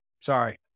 sorry